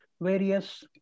various